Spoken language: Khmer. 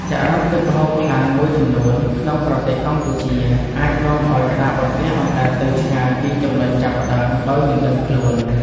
ចរន្តទឹកហូរខ្លាំងមួយចំនួនក្នុងប្រទេសកម្ពុជា អាចនាំឱ្យក្តារបន្ទះអណ្ដែតទៅឆ្ងាយពីចំណុចចាប់ផ្ដើមដោយមិនដឹងខ្លួន។